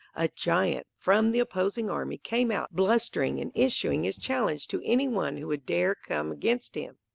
a giant, from the opposing army, came out, blustering and issuing his challenge to any one who would dare come against him.